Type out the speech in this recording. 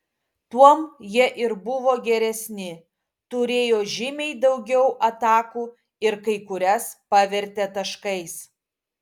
tuom jie ir buvo geresni turėjo žymiai daugiau atakų ir kai kurias pavertė taškais